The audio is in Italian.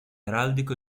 araldico